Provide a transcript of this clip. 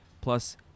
plus